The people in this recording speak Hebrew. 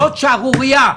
זו שערורייה,